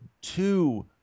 two